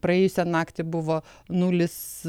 praėjusią naktį buvo nulis